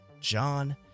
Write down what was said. John